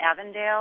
Avondale